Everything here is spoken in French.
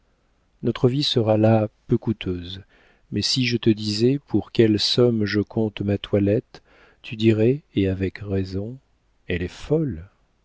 notre vie sera là peu coûteuse mais si je te disais pour quelle somme je compte ma toilette tu dirais et avec raison elle est folle